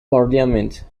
parliament